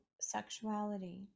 sexuality